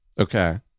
Okay